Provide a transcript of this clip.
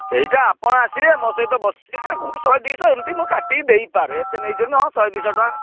ସେଇଟା ଆପଣ ଆସିବେ ମୋ ସହିତ ବସିବେ କେଉଁଠି ଶହେ ଦୁଇଶହ ଏମତି ମୁଁ କାଟିକି ଦେଇପାରେ ଏତେ ନେଇଛନ୍ତି ହଁ ଶହେ ଦୁଇ ଶହ ଟଙ୍କା